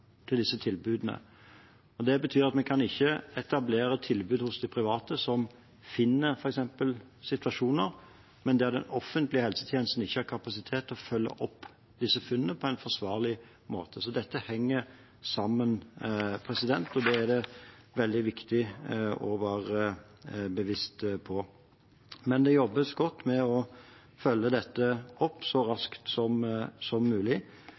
til disse tilbudene. Det betyr at vi kan ikke etablere tilbud hos de private som finner f.eks. situasjoner, men der den offentlige helsetjenesten ikke har kapasitet til å følge opp disse funnene på en forsvarlig måte. Så dette henger sammen, og det er det veldig viktig å være bevisst på. Det jobbes godt med å følge dette opp så raskt som mulig. Men som